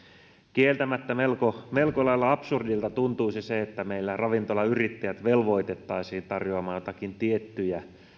kieltämättä melko melko lailla absurdilta tuntuisi se että meillä ravintolayrittäjät velvoitettaisiin tarjoamaan joitakin tiettyjä